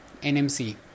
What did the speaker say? NMC